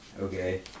Okay